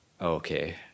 okay